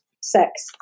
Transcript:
sex